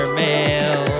mail